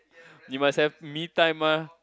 you must have me time mah